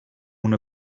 una